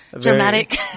dramatic